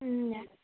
हजुर